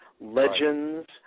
legends